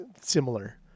similar